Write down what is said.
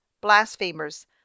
blasphemers